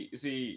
see